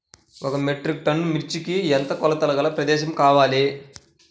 ఒక metric tonne మిర్చికి ఎంత కొలతగల ప్రదేశము కావాలీ?